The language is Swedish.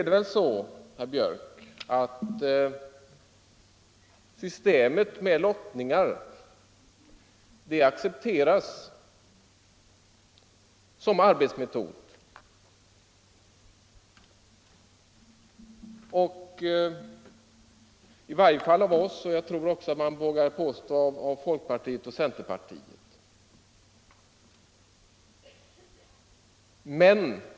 Men, herr Björck, systemet med lottningar accepteras såsom en arbets skattesystemet metod -— i varje fall av oss, och vågar jag påstå, även av folkpartiet och centerpartiet.